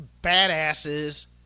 badasses